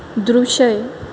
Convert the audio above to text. दृश्य